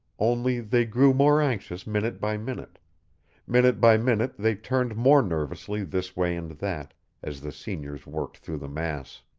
only they grew more anxious minute by minute minute by minute they turned more nervously this way and that as the seniors worked through the mass.